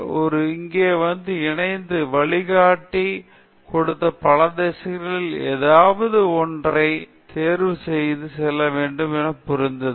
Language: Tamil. டி அறிஞராக இங்கே இணைந்த போது வழிகாட்டி கொடுத்த பல திசையில் எதாவது ஒன்றை தேர்வு செய்து செல்ல வேண்டும் என புரிந்தது